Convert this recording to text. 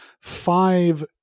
five